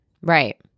right